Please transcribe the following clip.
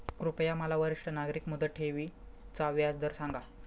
कृपया मला वरिष्ठ नागरिक मुदत ठेवी चा व्याजदर सांगा